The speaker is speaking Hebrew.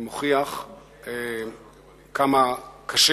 זה מוכיח כמה קשה